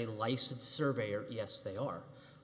as a license surveyor yes they are